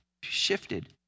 shifted